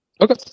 Okay